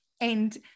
And-